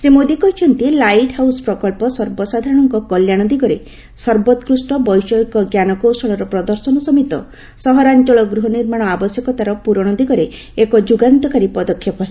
ଶ୍ରୀ ମୋଦି କହିଛନ୍ତି light house ପ୍ରକଳ୍ପ ସର୍ବସାଧାରଣଙ୍କ କଲ୍ୟାଣ ଦିଗରେ ସର୍ବୋକ୍ରୁଷ୍ଟ ବୈଷୟିକ ଜ୍ଞାନକୌଶଳର ପ୍ରଦର୍ଶନ ସମେତ ସହରାଞ୍ଚଳ ଗୃହନିର୍ମାଣ ଆବଶ୍ୟକତାର ପୂରଣ ଦିଗରେ ଏକ ଯୁଗାନ୍ତକାରୀ ପଦକ୍ଷେପ ହେବ